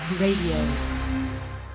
radio